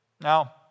Now